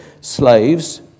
slaves